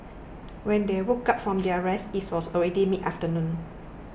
when they woke up from their rest it was already mid afternoon